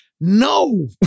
No